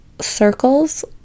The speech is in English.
circles